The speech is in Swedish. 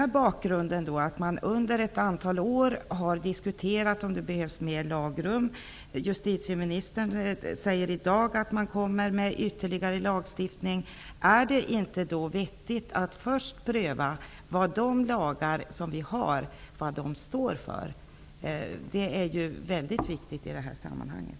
Mot bakgrund av att man under ett antal år har diskuterat om det behövs större lagrum och att justitieministern i dag sade att ytterligare lagstiftning kommer, är det då inte vettigt att först pröva vad de lagar som vi har står för? Det är mycket viktigt i det här sammanhanget.